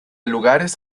lugares